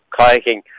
kayaking